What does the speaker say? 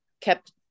kept